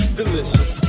delicious